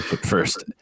first